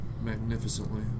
magnificently